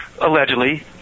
allegedly